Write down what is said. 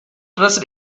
dressed